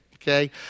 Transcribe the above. okay